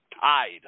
tied